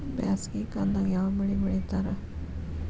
ಬ್ಯಾಸಗಿ ಕಾಲದಾಗ ಯಾವ ಬೆಳಿ ಬೆಳಿತಾರ?